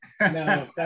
No